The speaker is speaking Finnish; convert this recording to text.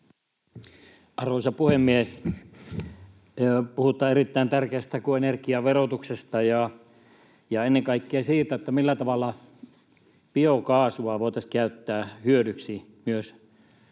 Arvoisa puhemies! Puhutaan erittäin tärkeästä asiasta, ener-giaverotuksesta ja ennen kaikkea siitä, millä tavalla biokaasua voitaisiin käyttää hyödyksi myös